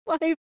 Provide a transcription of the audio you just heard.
life